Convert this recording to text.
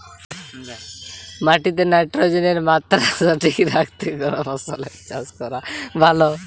মাটিতে নাইট্রোজেনের মাত্রা সঠিক রাখতে কোন ফসলের চাষ করা ভালো?